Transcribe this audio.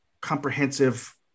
comprehensive